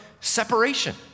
separation